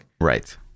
Right